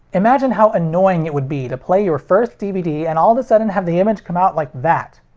imagine how annoying it would be to play your first dvd and all of the sudden have the image come out like that.